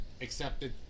accepted